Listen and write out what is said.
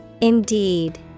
Indeed